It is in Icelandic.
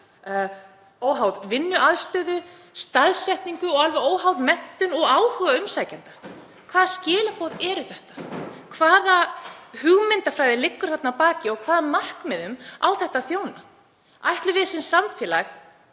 óháð vinnuaðstöðu, staðsetningu og alveg óháð menntun og áhuga umsækjenda. Hvaða skilaboð eru þetta? Hvaða hugmyndafræði liggur þarna að baki og hvaða markmiðum á þetta að þjóna? Ætlum við sem samfélag